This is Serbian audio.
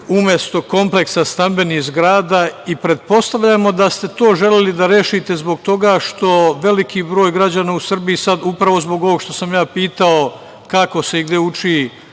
umesto kompleksa stambenih zgrada i pretpostavljamo da ste to želeli da rešite, zbog toga što veliki broj građana u Srbiji sada, upravo zbog ovoga što sam ja pitao kako se i gde uči